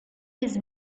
his